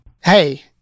hey